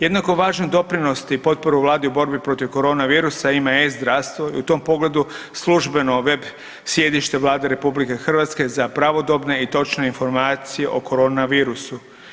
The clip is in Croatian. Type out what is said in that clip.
Jednako važan doprinos i potporu Vladi u borbi protiv korona virusa ima e-zdravstvo i u tom pogledu službeno web sjedište Vlade RH za pravodobne i točne informacije o korona virusu.